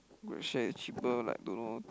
GrabShare is cheaper like don't know